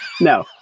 no